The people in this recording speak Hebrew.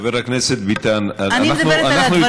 חבר הכנסת ביטן, אני מדברת על דברים כל כך קשים.